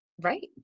Right